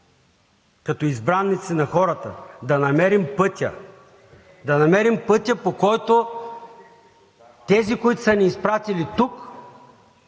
като избраници на хората, да намерим пътя, по който тези, които са ни изпратили тук,